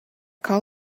call